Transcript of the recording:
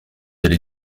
allez